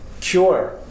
cure